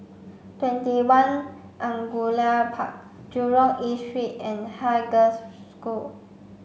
TwentyOne Angullia Park Jurong East Street and Haig Girls' School